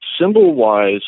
Symbol-wise